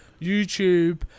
YouTube